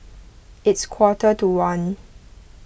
its quarter to one